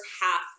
half